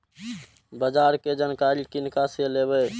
बाजार कै जानकारी किनका से लेवे?